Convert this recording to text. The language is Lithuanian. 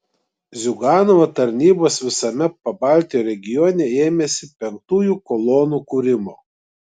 ziuganovo tarnybos visame pabaltijo regione ėmėsi penktųjų kolonų kūrimo